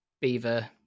beaver